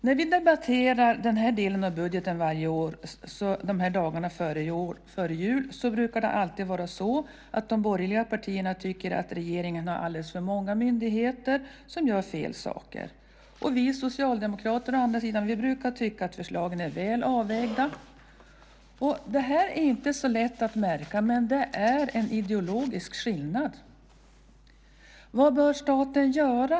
När vi debatterar denna del av budgeten varje år så här dagarna före jul brukar alltid de borgerliga partierna tycka att regeringen har alldeles för många myndigheter som gör fel saker. Vi socialdemokrater å andra sidan brukar tycka att förslagen är väl avvägda. Det är inte så lätt att märka, men det är en ideologisk skillnad. Vad bör staten göra?